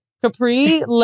Capri